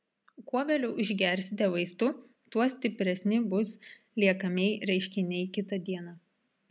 kuo vėliau išgersite vaistų tuo stipresni bus liekamieji reiškiniai kitą dieną